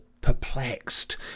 perplexed